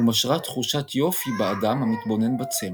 ומשרה תחושת יופי באדם המתבונן בצמח.